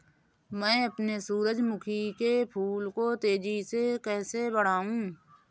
मैं अपने सूरजमुखी के फूल को तेजी से कैसे बढाऊं?